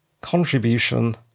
contribution